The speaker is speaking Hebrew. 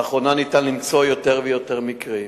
לאחרונה ניתן למצוא יותר ויותר מקרים,